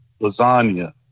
lasagna